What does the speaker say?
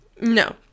No